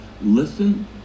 listen